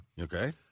Okay